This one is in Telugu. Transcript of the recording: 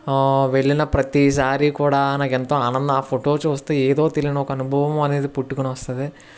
వెళ్ళిన ప్రతీసారి కూడా నాకు ఎంతో ఆనందం ఆ ఫోటో చూస్తే ఏదో తెలియని ఒక అనుభవం అనేది పుట్టుకొని వస్తుంది